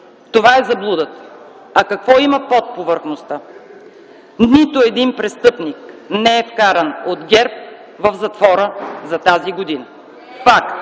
това е заблудата. А какво има под повърхността? Нито един престъпник не е вкаран от ГЕРБ в затвора за тази година. Факт!